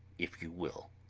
if you will.